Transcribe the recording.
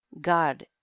god